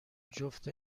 جفت